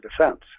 defense